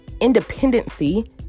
independency